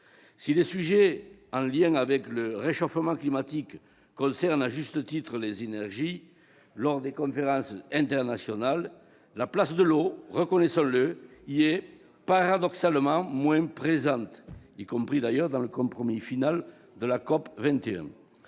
Si les sujets en lien avec le réchauffement climatique traitent à juste titre des énergies lors des conférences internationales, la place de l'eau y est paradoxalement moins présente, reconnaissons-le, y compris dans le compromis final de la COP21.